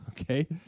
okay